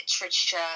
literature